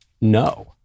no